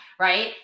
Right